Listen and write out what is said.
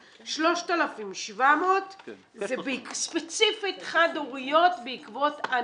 3,7000 זה ספציפית חד הוריות בעקבות הניכוי,